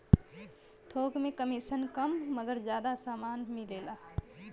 थोक में कमिसन कम मगर जादा समान मिलेला